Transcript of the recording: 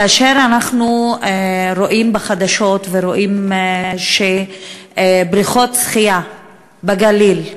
כאשר אנחנו רואים בחדשות שבבריכות שחייה בגליל,